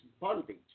bondage